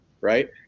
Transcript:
right